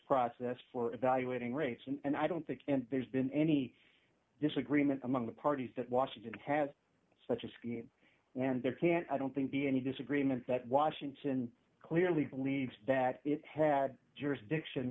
process for evaluating rates and i don't think there's been any disagreement among the parties that washington has such a scheme and there can't i don't think be any disagreement that washington clearly believes that it had jurisdiction